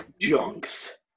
Junks